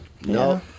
no